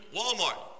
Walmart